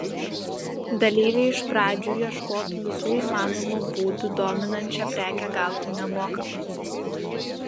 dalyviai iš pradžių ieškotų visų įmanomų būdų dominančią prekę gauti nemokamai